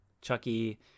Chucky